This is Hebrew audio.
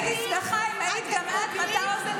אז הייתי מצפה ממך,